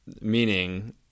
meaning